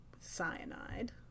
cyanide